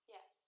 Yes